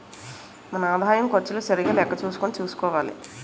మన ఆదాయం ఖర్చులు సరిగా లెక్క చూసుకుని చూసుకోవాలి